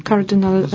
Cardinal